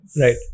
right